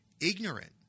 ignorant